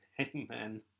amen